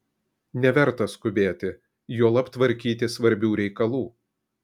neverta skubėti juolab tvarkyti svarbių reikalų